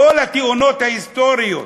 כל התאונות ההיסטוריות,